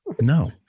No